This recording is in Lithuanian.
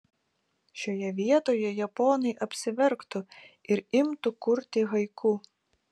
šioje vietoje japonai apsiverktų ir imtų kurti haiku